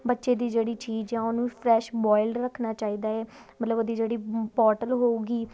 ਬੱਚੇ ਦੀ ਜਿਹੜੀ ਚੀਜ਼ ਆ ਉਹਨੂੰ ਫਰੈਸ਼ ਬੋਇਲਡ ਰੱਖਣਾ ਚਾਹੀਦਾ ਹੈ ਮਤਲਬ ਉਹਦੀ ਜਿਹੜੀ ਬੋਟਲ ਹੋਊਗੀ